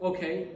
Okay